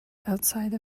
outside